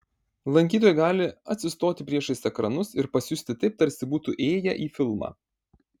lankytojai gali atsistoti priešais ekranus ir pasijusti taip tarsi būtų įėję į filmą